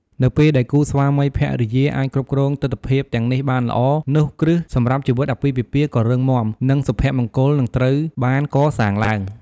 នៅពេលដែលគូស្វាមីភរិយាអាចគ្រប់គ្រងទិដ្ឋភាពទាំងនេះបានល្អ នោះគ្រឹះសម្រាប់ជីវិតអាពាហ៍ពិពាហ៍ក៏រឹងមាំ និងសុភមង្គលនឹងត្រូវបានកសាងឡើង។